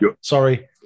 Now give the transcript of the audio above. sorry